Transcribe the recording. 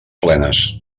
plenes